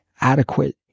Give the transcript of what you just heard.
adequate